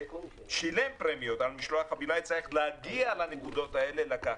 ששילם פרמיות על משלוח חבילה יצטרך להגיע לנקודות האלה לקחת.